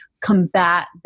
combat